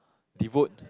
devote